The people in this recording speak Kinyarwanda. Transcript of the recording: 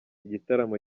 igitaramo